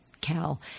Cal